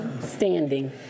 standing